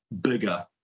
bigger